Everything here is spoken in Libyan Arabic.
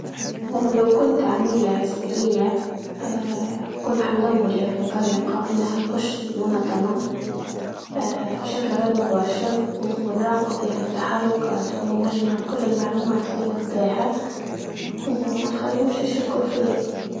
ها لو كنت عميلة سرية آآ كنت حندور يعني طريقة انها نخش المنظمة، آآ بشكل غير مباشر ونراقب يعني تحركاتهم ونجمع كل المعلومات اللي نبداها، وما نخليهمش يشكوا فيا